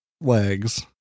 legs